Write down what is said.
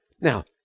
Now